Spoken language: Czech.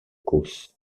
kus